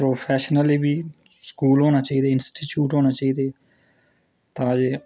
professionally बी school होने चाहिदे इंसिटयूट होने चाहिदे तां जे